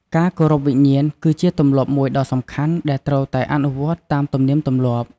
ការគោរពវិញ្ញាណគឺជាទម្លាប់មួយដ៏សំខាន់ ដែលត្រូវតែអនុវត្តន៍តាមទំនៀមទម្លាប់។